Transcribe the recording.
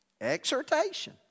Exhortation